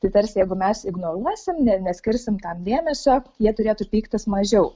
tai tarsi jeigu mes ignoruosim neskirsim tam dėmesio jie turėtų pyktis mažiau